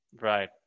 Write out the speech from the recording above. Right